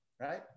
Right